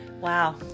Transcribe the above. Wow